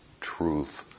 truth